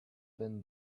been